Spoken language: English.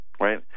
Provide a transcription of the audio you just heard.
Right